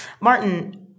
Martin